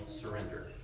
surrender